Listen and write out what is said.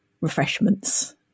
refreshments